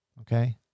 okay